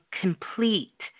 complete